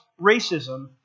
racism